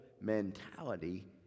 mentality